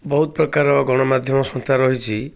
ବହୁତ ପ୍ରକାର ଗଣମାଧ୍ୟମ ସଂସ୍ଥା ରହିଛି